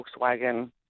Volkswagen